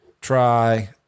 try